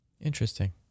interesting